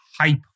hype